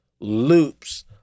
loops